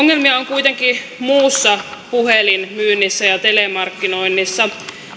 kuitenkin muussa puhelinmyynnissä ja telemarkkinoinnissa